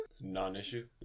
non-issue